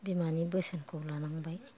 बिमानि बोसोनखौ लानांबाय